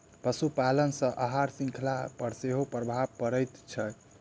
पशुपालन सॅ आहार शृंखला पर सेहो प्रभाव पड़ैत छै